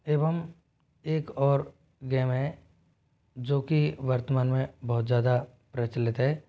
एवं एक और गेम है जो कि वर्तमान में बहुत ज़्यादा प्रचलित है